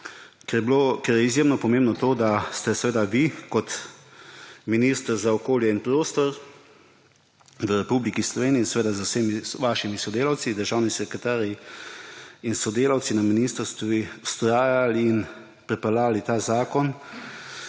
Ker je izjemno pomembno to, da ste vi kot minister za okolje in prostor v Republiki Sloveniji z vsemi svojimi sodelavci, državnimi sekretarji in sodelavci na ministrstvu, vztrajali in sem pripeljali ta zakon,